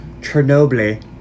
Chernobyl